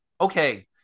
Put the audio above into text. okay